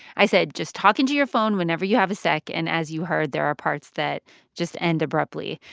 i said, just talk into your phone whenever you have a sec. and as you heard, there are parts that just end abruptly.